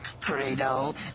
Cradle